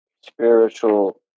spiritual